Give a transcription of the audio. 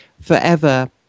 forever